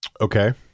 Okay